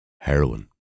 Heroin